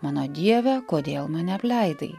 mano dieve kodėl mane apleidai